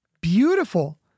beautiful